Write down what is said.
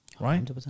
Right